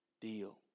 deal